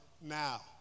now